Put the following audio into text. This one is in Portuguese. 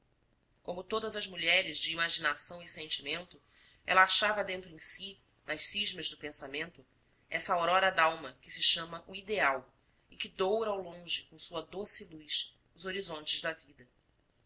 como todas as mulheres de imaginação e sentimento ela achava dentro em si nas cismas do pensamento essa aurora dalma que se chama o ideal e que doura ao longe com sua doce luz os horizontes da vida